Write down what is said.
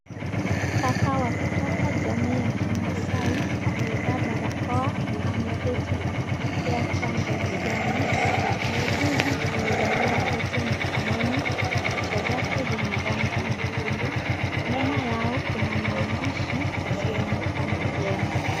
Kaka wa kutoka jamii ya kimasai amevaa barakoa na ameketi akipokea chanjo begani. Muuguzi amevalia pete mkononi na kucha zake zina rangi nyekundu. Nyuma yao kuna maandishi yasiyoonekana vyema.